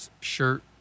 shirt